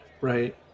right